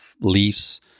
leaves